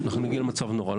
אז שנגיע למצב נורא.